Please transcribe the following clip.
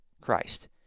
Christ